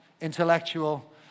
intellectual